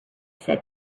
said